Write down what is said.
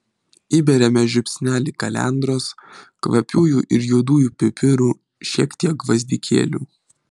įberiame žiupsnelį kalendros kvapiųjų ir juodųjų pipirų šiek tiek gvazdikėlių